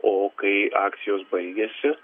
o kai akcijos baigiasi